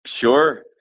Sure